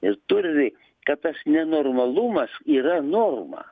ir turi kad tas nenormalumas yra norma